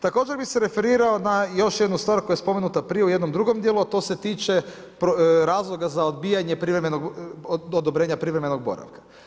Također bih se referirao na još stvar koja je spomenuta prije u jednom drugom dijelu a to se tiče razloga za odbijanje odobrenja privremenog boravka.